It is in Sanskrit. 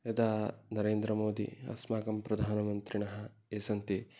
यदा नरेन्द्रमोदि अस्माकं प्रधानमन्त्रिणः ये सन्ति